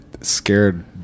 Scared